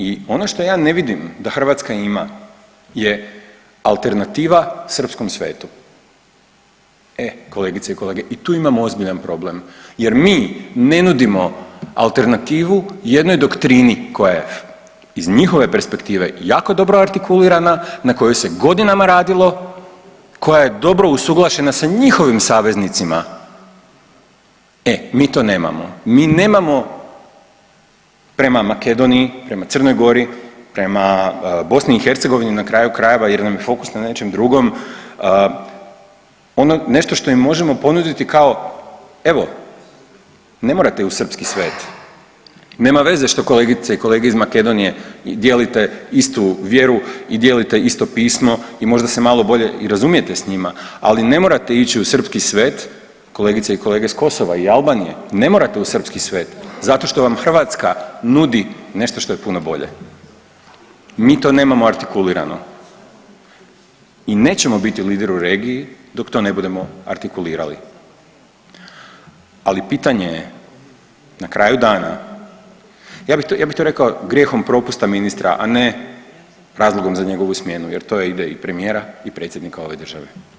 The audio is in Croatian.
I ono što ja ne vidim da Hrvatska ima je alternativa srpskom svetu, e kolegice i kolege i tu imamo ozbiljan problem jer mi ne nudimo alternativu jednoj doktrini koja je iz njihove perspektive jako dobro artikulirana, na kojoj se godinama radilo, koja je dobro usuglašena sa njihovim saveznicima, e mi to nemamo, mi nemamo prema Makedoniji, prema Crnoj Gori, prema BiH na kraju krajeva jer nam je fokus na nečem drugom ono nešto što im možemo ponuditi kao evo ne morate u srpski svet, nema veze što kolegice i kolege iz Makedonije dijelite istu vjeru i dijelite isto pismo i možda se malo bolje i razumijete s njima, ali ne morate ići u srpski svet kolegice i kolege s Kosova i Albanije, ne morate u srpski svet zato što vam Hrvatska nudi nešto što je puno bolje, mi to nemamo artikulirano i nećemo biti lider u regiji dok to ne budemo artikulirali, ali pitanje je na kraju dana, ja bih to, ja bih to rekao grijehom propusta ministra, a ne razlogom za njegovu smjeru jer to ide i premijera i predsjednika ove države.